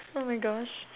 oh my gosh